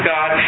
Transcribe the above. God